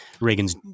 Reagan's